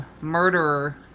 murderer